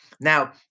Now